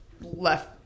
left